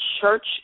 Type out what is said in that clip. church